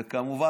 וכמובן,